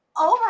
over